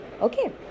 Okay